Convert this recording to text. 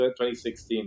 2016